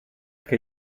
che